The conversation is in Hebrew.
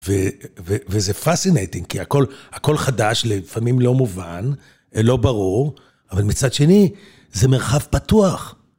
וזה פסינטינג, כי הכל חדש, לפעמים לא מובן, לא ברור, אבל מצד שני, זה מרחב פתוח.